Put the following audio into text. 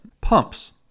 pumps